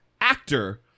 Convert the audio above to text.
actor